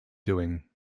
doing